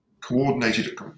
coordinated